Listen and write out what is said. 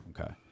Okay